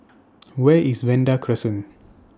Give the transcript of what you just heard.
Where IS Vanda Crescent